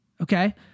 okay